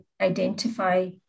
identify